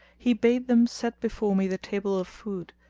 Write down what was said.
he bade them set before me the table of food,